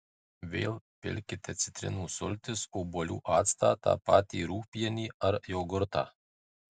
vėl pilkite citrinų sultis obuolių actą tą patį rūgpienį ar jogurtą